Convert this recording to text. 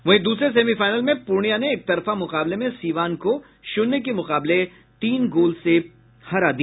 वहीं दूसरे सेमीफाईनल में पूर्णिया ने एकतरफा मुकाबले में सिवान को शून्य के मुकाबले तीन गोल से हरा दिया